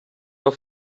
har